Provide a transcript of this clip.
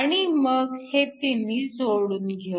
आणि मग हे तिन्ही जोडून घेऊ